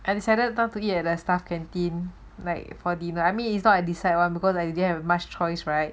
I decided not to eat at staff canteen like for dinner I mean it's not I decide [one] because I didn't have much choice right